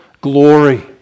glory